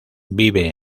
vive